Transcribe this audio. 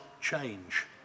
change